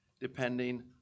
depending